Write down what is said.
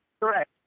Correct